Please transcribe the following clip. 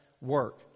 work